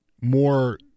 more